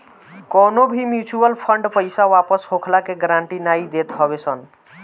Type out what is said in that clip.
कवनो भी mutual fund पईसा वापस होखला के गारंटी नाइ देत हवे सन